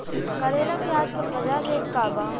करेला के आजकल बजार रेट का बा?